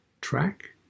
track